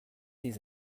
des